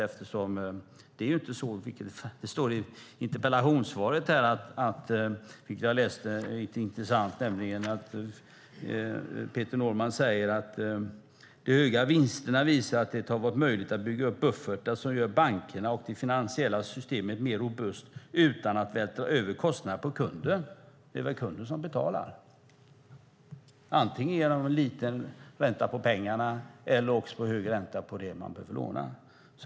Peter Norman säger i interpellationssvaret: "De höga vinsterna visar att det hade varit möjligt att bygga buffertar som gör bankerna och det finansiella systemet mer robust utan att vältra över kostnaderna på kunden." Det är väl kunden som betalar, antingen genom en liten ränta på sina pengar eller genom hög ränta på det som man behöver låna?